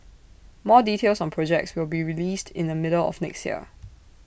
more details on projects will be released in the middle of next year